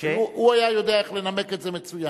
הוא היה יודע איך לנמק את זה מצוין.